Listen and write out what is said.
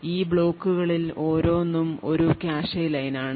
ഈ ബ്ലോക്കുകളിൽ ഓരോന്നും ഒരു കാഷെ ലൈനാണ്